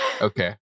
Okay